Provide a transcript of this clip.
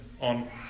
on